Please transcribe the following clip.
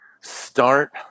start